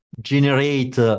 generate